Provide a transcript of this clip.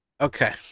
Okay